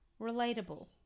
relatable